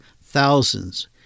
thousands